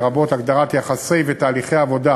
לרבות הגדרת יחסי ותהליכי עבודה